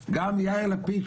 גם יאיר לפיד,